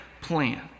plan